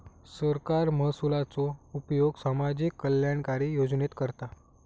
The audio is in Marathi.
सरकार महसुलाचो उपयोग सामाजिक कल्याणकारी योजनेत करता